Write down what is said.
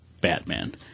batman